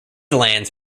lands